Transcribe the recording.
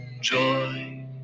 joy